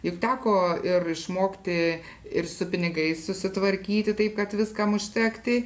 juk teko ir išmokti ir su pinigais susitvarkyti taip kad viskam užtekti